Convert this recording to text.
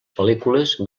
pel·lícules